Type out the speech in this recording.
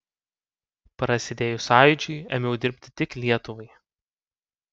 prasidėjus sąjūdžiui ėmiau dirbti tik lietuvai